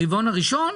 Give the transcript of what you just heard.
ברבעון הראשון?